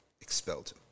expelled